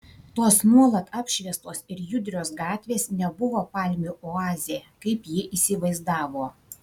tos nuolat apšviestos ir judrios gatvės nebuvo palmių oazė kaip ji įsivaizdavo